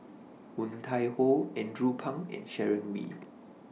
Woon Tai Ho Andrew Phang and Sharon Wee